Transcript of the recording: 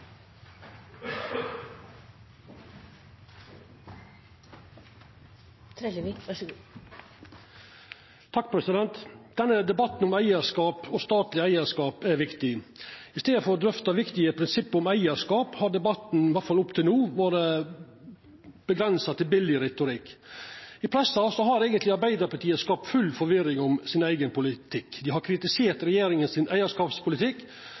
viktig. I staden for å drøfta viktige prinsipp om eigarskap har debatten – i alle fall fram til no – vore avgrensa til billeg retorikk. I pressa har Arbeidarpartiet eigentleg skapt full forvirring om sin eigen politikk. Dei har kritisert regjeringa sin eigarskapspolitikk